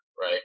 right